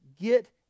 get